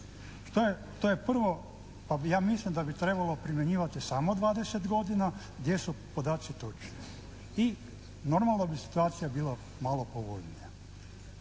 To je prvo pa ja mislim da bi trebalo primjenjivati samo dvadeset godina gdje su podaci točni i normalno da bi situacija bila malo povoljnija.